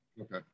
okay